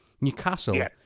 Newcastle